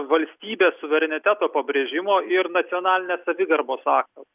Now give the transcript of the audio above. valstybės suvereniteto pabrėžimo ir nacionalinės savigarbos akto